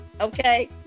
okay